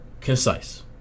Concise